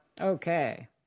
Okay